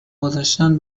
گذاشتن